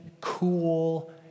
cool